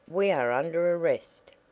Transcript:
we are under arrest.